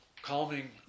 Calming